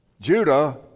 Judah